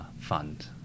fund